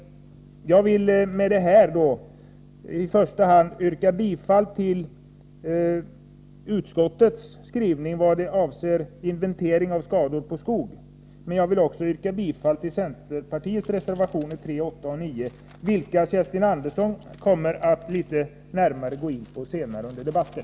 Jag vill med detta i första hand yrka bifall till utskottets hemställan, i vad avser inventering av skador på skog, men jag vill också yrka bifall till centerpartiets reservationer 3, 8 och 9, vilka Kerstin Andersson kommer att gå in på litet närmare senare i debatten.